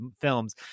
films